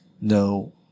no